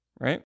Right